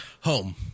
Home